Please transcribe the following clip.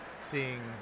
seeing